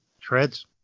Treads